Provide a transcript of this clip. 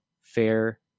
fair